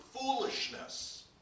foolishness